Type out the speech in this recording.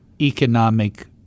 economic